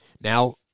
Now